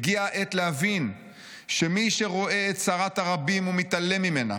הגיעה העת להבין שמי שרואה את צרת הרבים ומתעלם ממנה,